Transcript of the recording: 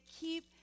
keep